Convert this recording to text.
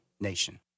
Nation